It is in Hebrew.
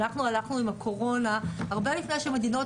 אנחנו הלכנו עם הקורונה הרבה לפני שמדינות